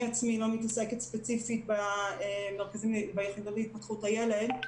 אני עצמי לא מתעסקת ספציפית ביחידות להתפתחות הילד.